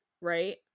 right